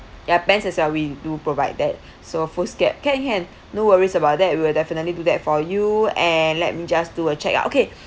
ya pen as well we do provide that so foolscap can can no worries about that we will definitely do that for you and let me just do a check ah okay